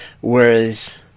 whereas